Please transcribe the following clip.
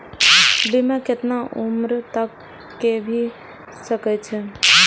बीमा केतना उम्र तक के भे सके छै?